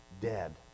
dead